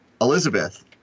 Elizabeth